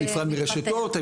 נפרד מרשת אורט,